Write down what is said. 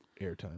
Airtime